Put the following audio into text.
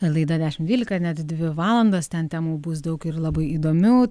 laida dešim dvylika net dvi valandas ten temų bus daug ir labai įdomių